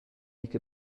make